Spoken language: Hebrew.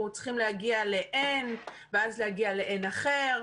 צריכים להגיע ל-N ואז להגיע ל-N אחר.